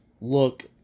look